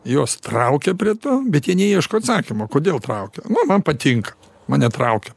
jos traukia prie to bet jie neieško atsakymo kodėl traukia nu man patinka mane traukia